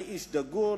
אני איש דגול,